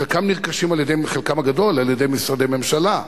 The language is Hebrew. חלקם נרכשים, חלקם הגדול, על-ידי משרדי ממשלה,